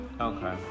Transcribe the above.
Okay